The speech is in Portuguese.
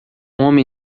homem